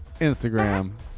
Instagram